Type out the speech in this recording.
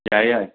ꯌꯥꯏꯌꯦ ꯌꯥꯏꯌꯦ